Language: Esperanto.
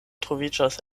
troviĝas